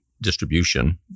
distribution